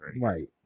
Right